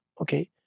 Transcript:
okay